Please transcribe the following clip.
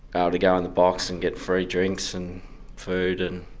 ah to go in the box and get free drinks and food and